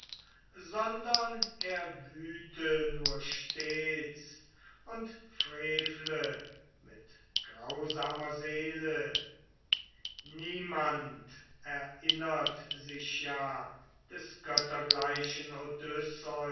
sondern er wüte nur stets und frevle mit grausamer seele niemand erinnert sich ja des